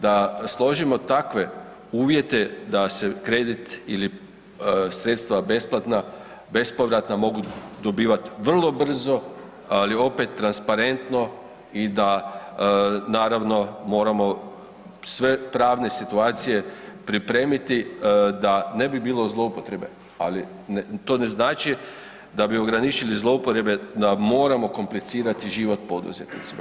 Da složimo takve uvjete da se kredit ili sredstva besplatna bespovratna mogu dobivati vrlo brzo, ali opet transparentno i da naravno moramo sve pravne situacije pripremiti da ne bi bilo zloupotrebe, ali to ne znači da bi ograničili zloupotrebe da moramo komplicirati život poduzetnicima.